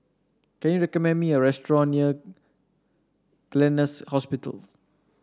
can you recommend me a restaurant near Gleneagles Hospital